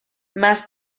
más